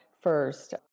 first